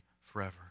forever